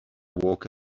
walk